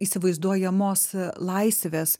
įsivaizduojamos laisvės